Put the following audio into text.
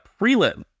prelim